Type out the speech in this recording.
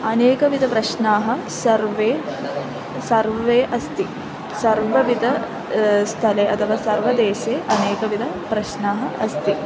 अनेकविधप्रश्नाः सर्वे सर्वे अस्ति सर्वविध स्थले अथवा सर्वदेशे अनेकविधप्रश्नाः अस्ति